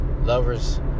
lovers